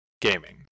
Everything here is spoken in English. gaming